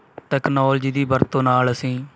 technology ਦੀ ਵਰਤੋਂ ਨਾਲ ਅਸੀਂ